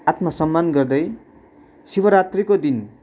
आत्मसम्मान गर्दै शिवरात्रीको दिन